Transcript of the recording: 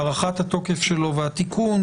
הארכת התוקף שלו והתיקון.